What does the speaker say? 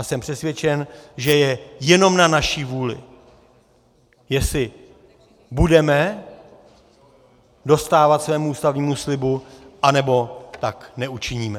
Jsem přesvědčen, že je jenom na naší vůli, jestli budeme dostávat svému ústavnímu slibu, anebo tak neučiníme.